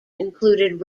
included